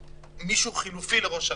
מישהו חלופי לראש הרשות,